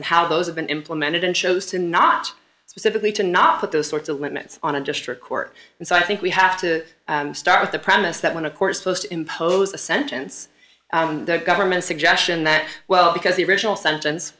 and how those have been implemented and chose to not specifically to not put those sorts of limits on a district court and so i think we have to start with the premise that when a court supposed to impose a sentence the government suggestion that well because the original sentence